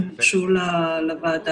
הן הוגשו לוועדה.